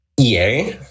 EA